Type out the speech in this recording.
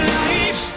life